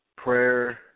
Prayer